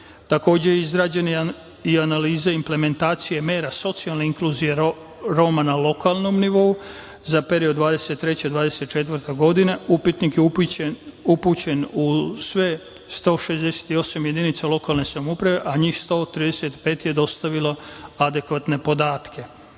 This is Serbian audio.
izrađena je i analiza implementacije mera socijalne inkluzije Roma na lokalnom nivou za period 2023-2024. godine. Upitnik je upućen u svih 168 jedinica lokalne samouprave, a njih 135 je dostavilo adekvatne podatke. Kada